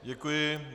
Děkuji.